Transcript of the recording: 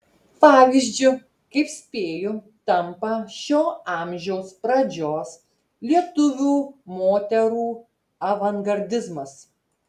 pavyzdžiu kaip spėju tampa šio amžiaus pradžios lietuvių moterų avangardizmas